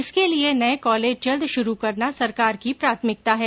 इसके लिए नए कॉलेज जल्द शुरू करना सरकार की प्राथमिकता है